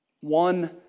one